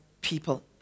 people